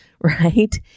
right